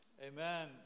Amen